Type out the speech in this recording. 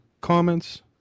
comments